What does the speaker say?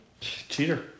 Cheater